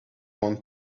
want